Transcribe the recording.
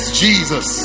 jesus